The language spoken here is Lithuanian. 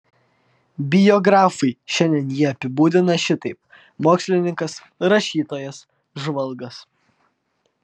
biografai šiandien jį apibūdina šitaip mokslininkas rašytojas žvalgas